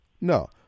no